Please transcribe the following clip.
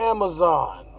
Amazon